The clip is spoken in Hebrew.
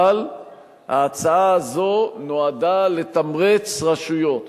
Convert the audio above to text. אבל ההצעה הזאת נועדה לתמרץ רשויות